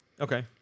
Okay